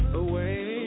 away